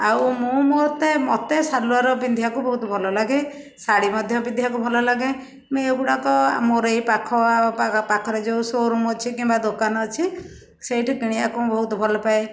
ଆଉ ମୁଁ ମୋତେ ମୋତେ ସାଲ୍ୱାର୍ ପିନ୍ଧିବାକୁ ବହୁତ ଭଲ ଲାଗେ ଶାଢ଼ୀ ମଧ୍ୟ ପିନ୍ଧିବାକୁ ଭଲ ଲାଗେ ମୁଁ ଏଗୁଡ଼ାକ ମୋର ଏଇ ପାଖ ଆ ପା ପାଖରେ ଯେଉଁ ସୋରୁମ୍ ଅଛି କିମ୍ବା ଦୋକାନ ଅଛି ସେଇଠୁ କିଣିବାକୁ ମୁଁ ବହୁତ ଭଲପାଏ